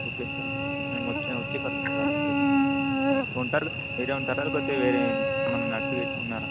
okay sir మేము వచ్చి వచ్చి కలుస్తాను సార్ అక్కడికి ఉంటారుగా మీరే ఉంటారా లేకపోతే వేరే ఏమైనా నర్సులు ఇట్లా ఉన్నారా